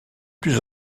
plus